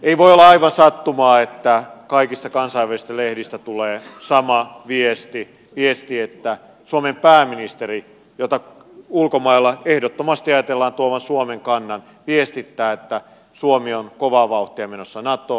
ei voi olla aivan sattumaa että kaikista kansainvälisistä lehdistä tulee sama viesti viesti että suomen pääministeri jonka ulkomailla ehdottomasti ajatellaan tuovan esiin suomen kannan viestittää että suomi on kovaa vauhtia menossa natoon